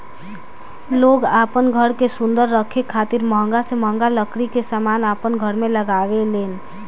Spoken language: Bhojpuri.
लोग आपन घर के सुंदर रखे खातिर महंगा से महंगा लकड़ी के समान अपन घर में लगावे लेन